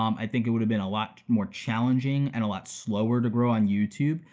um i think it would've been a lot more challenging and a lot slower to grow on youtube.